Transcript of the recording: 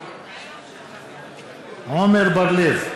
בעד עמר בר-לב,